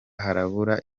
harabura